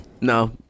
No